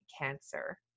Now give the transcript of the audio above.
cancer